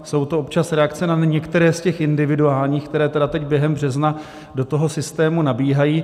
Jsou to občas reakce na některé z těch individuálních, které teď během března do toho systému nabíhají.